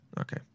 Okay